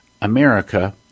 America